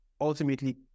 ultimately